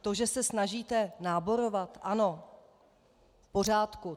To, že se snažíte náborovat, ano, v pořádku.